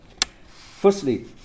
Firstly